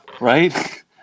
right